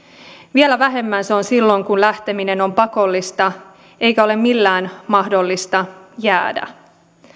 vielä vähemmän se on silloin kun lähteminen on pakollista eikä ole millään mahdollista jäädä